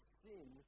sin